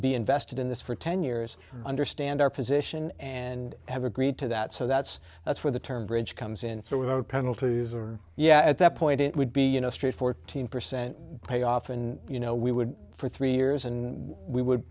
be invested in this for ten years understand our position and have agreed to that so that's that's where the term bridge comes in if there were penalties or yeah at that point it would be you know a straight fourteen percent pay off and you know we would for three years and we would